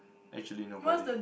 actually nobody